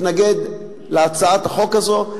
אתנגד להצעת החוק הזאת.